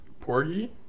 Porgy